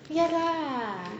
ya lah